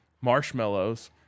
marshmallows